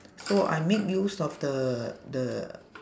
so I make use of the the